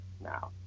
now